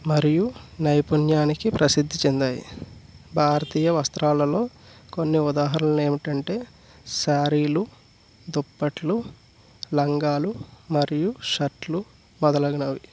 మరియు నైపుణ్యానికి ప్రసిద్ధి చెందాయి భారతీయ వస్త్రాలలో కొన్ని ఉదాహరణలేమిటంటే శారీలు దుప్పట్లు లంగాలు మరియు షర్ట్లు మొదలుగునవి